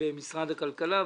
במשרד הכלכלה.